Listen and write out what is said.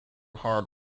hard